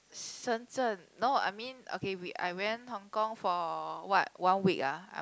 Shenzhen no I mean okay we I went Hong-Kong for what one week ah I